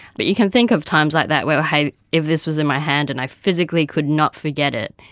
but you can think of times like that where, hey, if this was in my hand and i physically could not forget it,